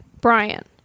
Brian